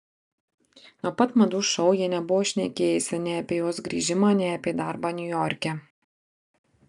nuo pat madų šou jie nebuvo šnekėjęsi nei apie jos grįžimą nei apie darbą niujorke